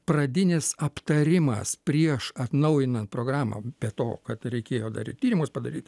pradinis aptarimas prieš atnaujinant programą be to kad reikėjo dar ir tyrimus padaryt